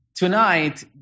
Tonight